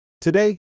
Today